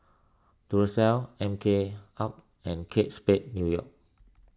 Duracell M K up and Kate Spade New York